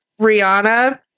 Rihanna